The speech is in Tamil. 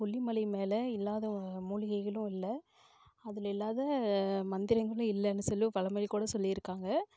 கொல்லிமலை மேலே இல்லாத மூலிகைகளும் இல்லை அதில் இல்லாத மந்திரங்களும் இல்லைன்னு சொல்லு ஒரு பழமொழி கூட சொல்லியிருக்காங்க